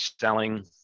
selling